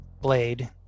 blade